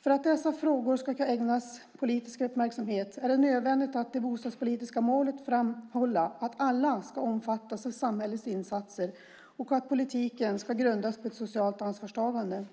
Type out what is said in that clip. För att dessa frågor ska ägnas politisk uppmärksamhet är det nödvändigt att i det bostadspolitiska målet framhålla att alla ska omfattas av samhällets insatser och att politiken ska grundas på ett socialt ansvarstagande.